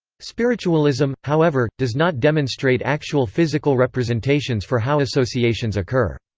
spiritualism, however, does not demonstrate actual physical representations for how associations occur.